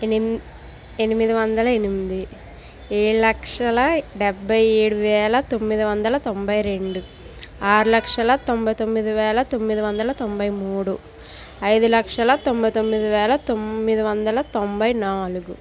enemy ఎనిమిది వందల ఎనిమిది ఏడు లక్షల డెబ్బై ఏడు వేల తొమ్మిది వందల తొంభై రెండు ఆరు లక్షల తొంభై తొమ్మిది వేల తొమ్మిది వందల తొంభై మూడు ఐదు లక్షల తొంభై తొమ్మిది వేల తొమ్మిది వందల తొంభై నాలుగు